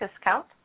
discount